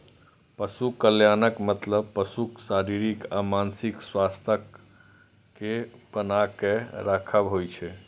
पशु कल्याणक मतलब पशुक शारीरिक आ मानसिक स्वास्थ्यक कें बनाके राखब होइ छै